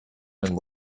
and